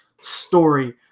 story